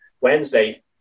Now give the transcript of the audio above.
Wednesday